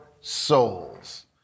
souls